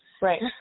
Right